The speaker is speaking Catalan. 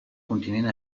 continent